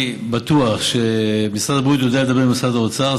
בטוח שמשרד הבריאות יודע לדבר עם משרד האוצר.